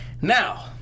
Now